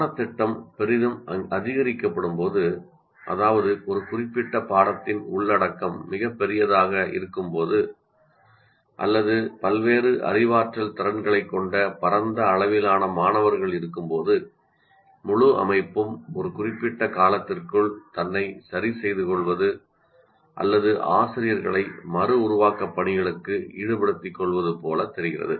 பாடத்திட்டம் பெரிதும் அதிகரிக்கப்படும்போது அதாவது ஒரு குறிப்பிட்ட பாடத்தின் உள்ளடக்கம் மிகப் பெரியதாக இருக்கும் அல்லது பல்வேறு அறிவாற்றல் திறன்களைக் கொண்ட பரந்த அளவிலான மாணவர்கள் இருக்கும்போது முழு அமைப்பும் ஒரு குறிப்பிட்ட காலத்திற்குள் தன்னை சரிசெய்துகொள்வது அல்லது ஆசிரியர்களை மறுஉருவாக்கப் பணிகளுக்கு ஈடுபடுத்திகொள்வது போல் தெரிகிறது